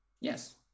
Yes